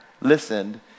listened